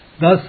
Thus